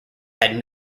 had